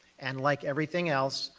and like everything else,